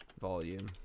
volume